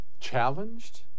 challenged